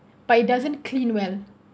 but it doesn't clean well